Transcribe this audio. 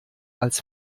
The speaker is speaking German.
als